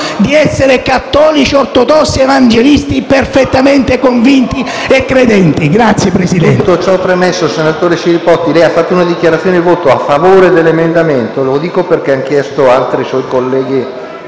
di essere cattolici, ortodossi, evangelisti, perfettamente convinti e credenti. PRESIDENTE.